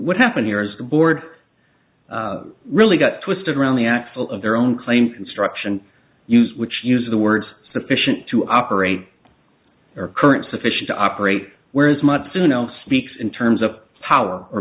what happened here is the board really got twisted around the axle of their own claim construction use which use the words sufficient to operate our current sufficient to operate where is much to know speaks in terms of power or